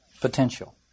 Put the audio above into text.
potential